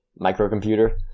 microcomputer